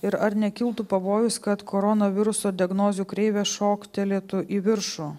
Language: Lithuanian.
ir ar nekiltų pavojus kad koronaviruso diagnozių kreivė šoktelėtų į viršų